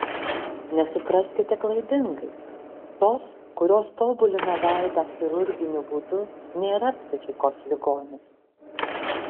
nesupraskite klaidingai tos kurios tobulina veidą chirurginiu būdu nėra psichikos ligonės